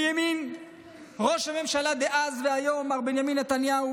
מימין, ראש הממשלה דאז והיום מר בנימין נתניהו.